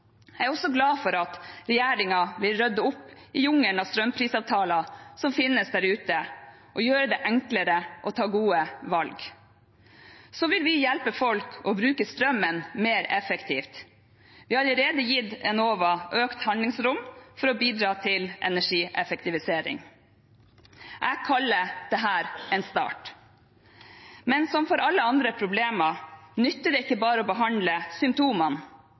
Jeg er også glad for at regjeringen vil rydde opp i jungelen av strømprisavtaler som finnes der ute, og gjøre det enklere å ta gode valg. Vi vil også hjelpe folk til å bruke strømmen mer effektivt. Vi har allerede gitt Enova økt handlingsrom for å bidra til energieffektivisering. Jeg kaller dette en start, men som for alle andre problemer nytter det ikke bare å behandle symptomene,